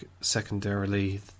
secondarily